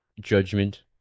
judgment